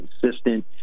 consistent